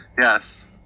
Yes